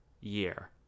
year